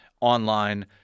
online